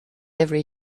every